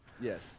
Yes